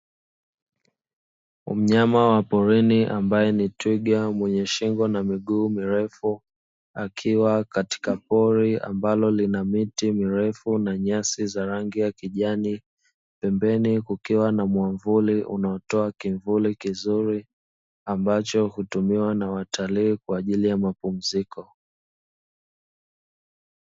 Mnyama wa porini ambaye ni Twiga, mwenye shingo na miguu mirefu, akiwa katika pori ambalo lina miti mirefu na nyasi za rangi ya kijani, pembeni kukiwa na mwamvuli unaotoa kimvuli kizuri, ambacho hutumiwa na watalii kwa ajili ya mapumnziko.